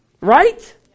Right